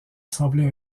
semblait